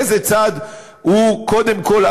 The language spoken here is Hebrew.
באיזה צד הוא קודם כול,